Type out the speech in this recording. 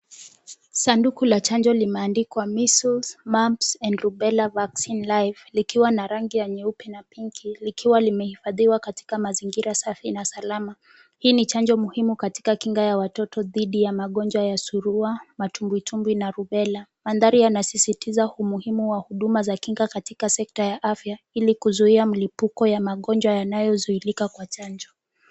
Sanduku la chanjo limeandikwa Measles Mumps and Rubella Vaccine Live likiwa na rangi ya nyeupe na pinki, likiwa limehifadhiwa katika mazingira safi na salama. Hii ni chanjo muhimu katika kinga ya watoto dhidi ya magonjwa ya surua, matumbwitumbwi, na rubella. Mandhari yanasisitiza umuhimu wa huduma za kinga katika sekta ya afya ili kuzuia mlipuko ya magonjwa yanayozuilika kwa chanjo.